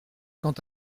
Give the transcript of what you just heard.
quant